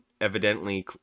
evidently